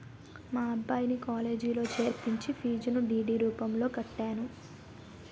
మా అబ్బాయిని కాలేజీలో చేర్పించి ఫీజును డి.డి రూపంలో కట్టాను